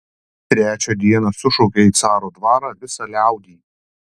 trečią dieną sušaukė į caro dvarą visą liaudį